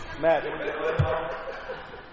Matt